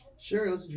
Sure